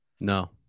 No